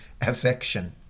affection